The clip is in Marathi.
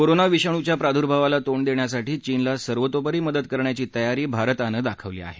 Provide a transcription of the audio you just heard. कोरोना विषाणूच्या प्रादुर्भावाला तोंड देण्यासाठी चीनला सर्वतोपरी मदत करण्याची तयारी भारतानं दाखवली आहे